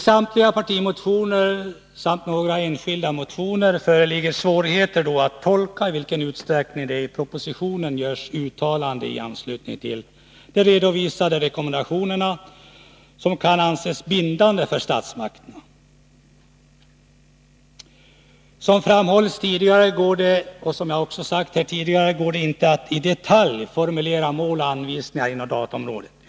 Samtliga partimotioner samt några enskilda motioner visar på svårigheter att avgöra i vilken utsträckning de i propositionen gjorda uttalandena i anslutning till de redovisade rekommendationerna kan anses bindande för statsmakterna. Som framhållits tidigare går det inte att i detalj formulera mål och anvisningar inom dataområdet.